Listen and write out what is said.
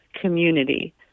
community